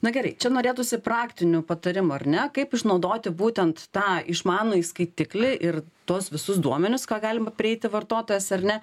na gerai čia norėtųsi praktinių patarimų ar ne kaip išnaudoti būtent tą išmanųjį skaitiklį ir tuos visus duomenis ką galima prieiti vartotojas ar ne